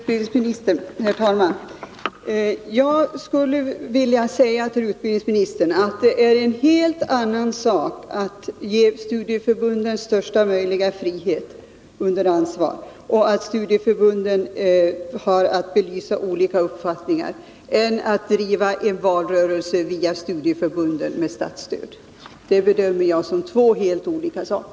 Herr talman! Jag vill till utbildningsministern säga att jag bedömer det som två helt olika saker, att å ena sidan ge studieförbunden största möjliga frihet att under ansvar belysa olika uppfattningar och å andra sidan att via studieförbunden med statsstöd driva en valrörelse.